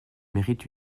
mérite